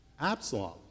Absalom